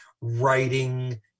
writing